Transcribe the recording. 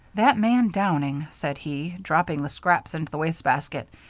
that man downing, said he, dropping the scraps into the waste-basket,